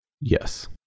Yes